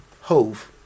hove